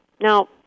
Now